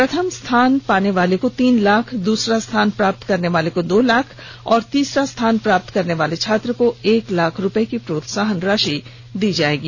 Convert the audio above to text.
प्रथम स्थान प्राप्त करने वाले को तीन लाख दूसरा स्थान प्राप्त करने वाले को दो लाख और तीसरा स्थान पर आनेवाले छात्र को एक लाख रूपये प्रोत्साहन राशि के रूप में दी जाएगी